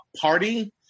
party